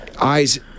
eyes